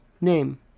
Name